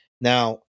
Now